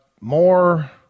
more